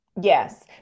Yes